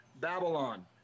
Babylon